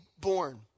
born